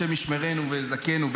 השם ישמרנו ויזכנו.